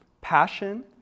passion